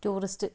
tourist